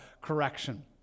correction